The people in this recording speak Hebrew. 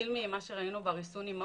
בכלל בלי ריסון?